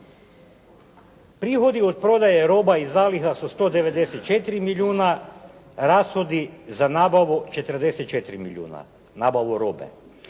Prihodi od prodaje roba i zaliha su 194 milijuna, rashodi za nabavu 44 milijuna, nabavu robe.